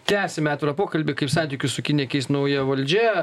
tęsime pokalbį kaip santykius su kinija keis nauja valdžia